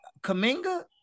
Kaminga